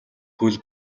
хөл